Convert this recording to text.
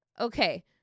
Okay